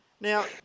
Now